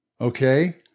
Okay